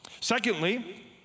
Secondly